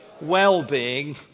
well-being